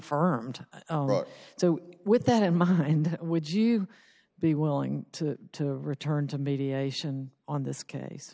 d so with that in mind would you be willing to return to mediation on this case